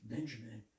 Benjamin